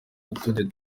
utundi